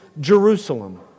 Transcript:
Jerusalem